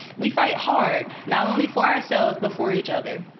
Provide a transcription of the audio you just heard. we fight hard, not only for ourselves, but for each other.